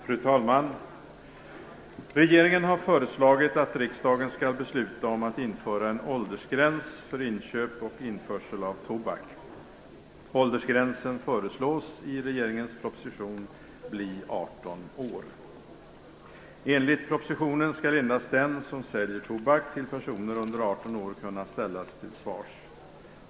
Fru talman! Regeringen har föreslagit att riksdagen skall besluta om att införa en åldersgräns för inköp och införsel av tobak. I regeringens proposition föreslås åldersgränsen bli 18 år. Enligt propositionen skall endast den som säljer tobak till personer under 18 år kunna ställas till svars.